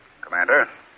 Commander